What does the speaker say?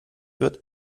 wird